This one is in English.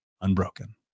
unbroken